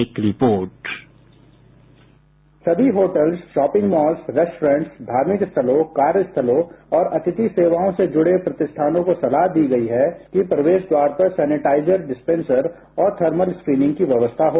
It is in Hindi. एक रिपोर्ट बाईट सभी होटल शापिंग मॉल रेस्टर्रा धार्मिक स्थलों कार्यस्थलों और अतिथि सेवाओं से जुड़े प्रतिष्ठानों को सलाह दी गई है कि प्रवेश द्वार पर सैनेटाइजर डिस्पेंसर और थर्मल स्क्रिनिंग की व्यवस्था हो